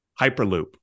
Hyperloop